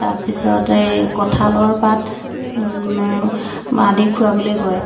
তাৰপিছতে এই কঁঠালৰ পাত আদি খোৱাবলৈ কয়